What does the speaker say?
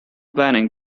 planning